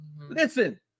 listen